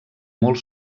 molt